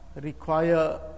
require